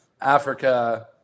africa